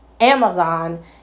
Amazon